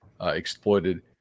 exploited